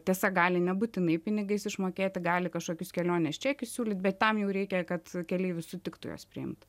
tiesa gali nebūtinai pinigais išmokėti gali kažkokius kelionės čekius siūlyt bet tam jau reikia kad keleivis sutiktų juos priimt